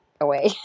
away